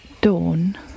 dawn